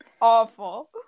Awful